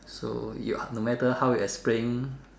so ya no matter how you explain